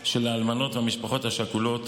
של האלמנות והמשפחות השכולות,